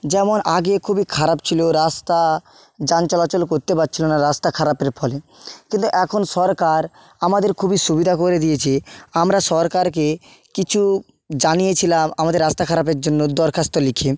যেমন আগে খুবই খারাপ ছিল রাস্তা যান চলাচল করতে পারছিল না রাস্তা খারাপের ফলে কিন্তু এখন সরকার আমাদের খুবই সুবিধা করে দিয়েছে আমরা সরকারকে কিছু জানিয়েছিলাম আমাদের রাস্তা খারাপের জন্য দরখাস্ত লিখে